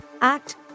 Act